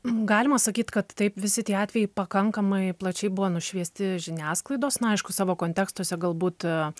galima sakyt kad taip visi tie atvejai pakankamai plačiai buvo nušviesti žiniasklaidos na aišku savo kontekstuose galbūt